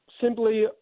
simply